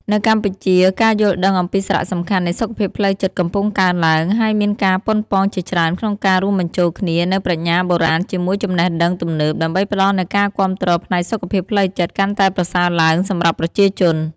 នៅកម្ពុជា ការយល់ដឹងអំពីសារៈសំខាន់នៃសុខភាពផ្លូវចិត្តកំពុងកើនឡើង ហើយមានការប៉ុនប៉ងជាច្រើនក្នុងការរួមបញ្ចូលគ្នានូវប្រាជ្ញាបុរាណជាមួយចំណេះដឹងទំនើប ដើម្បីផ្តល់នូវការគាំទ្រផ្នែកសុខភាពផ្លូវចិត្តកាន់តែប្រសើរឡើងសម្រាប់ប្រជាជន។